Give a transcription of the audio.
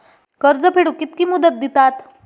कर्ज फेडूक कित्की मुदत दितात?